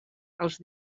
als